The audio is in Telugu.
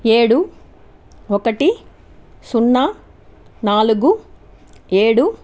ఏడు ఒకటి సున్నా నాలుగు ఏడు